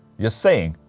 just saying,